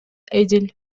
эдил